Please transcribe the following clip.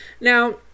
Now